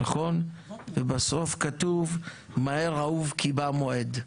נכון ובסוף כתוב "מהר אהוב כי בא מועד"